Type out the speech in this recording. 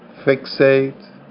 fixate